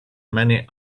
many